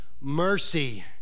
mercy